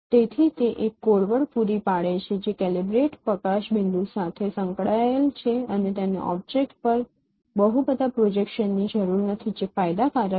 તેથી તે એક કોડ વર્ડ પૂરી પાડે છે જે કેલિબ્રેટ પ્રકાશ પોઈન્ટ સાથે સંકળાયેલ છે અને તેને ઓબ્જેક્ટ પર બહુંબધાં પ્રોજેક્શન ની જરૂર નથી જે ફાયદાકારક છે